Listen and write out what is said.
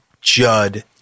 Judd